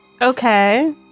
Okay